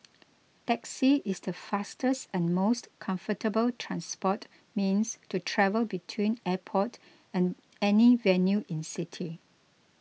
taxi is the fastest and most comfortable transport means to travel between airport and any venue in city